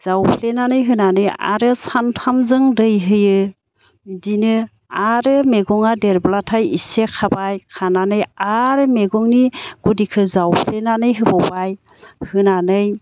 जावफ्लेनानै होनानै आरो सानथामजों दै होयो बिदिनो आरो मैगङा देरब्लाथाय इसे खाबाय खानानै आरो मैगंनि गुदिखो जावफ्लेनानै होबावबाय होनानै